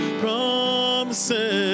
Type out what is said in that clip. promises